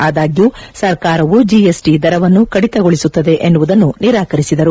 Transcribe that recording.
ಆದಾಗ್ಲೂ ಸರ್ಕಾರವು ಜಿಎಸ್ಟಿ ದರವನ್ನು ಕಡಿತಗೊಳಿಸುತ್ತದೆ ಎನ್ನುವುದನ್ನು ನಿರಾಕರಿಸಿದರು